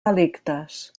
delictes